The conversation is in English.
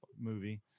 movie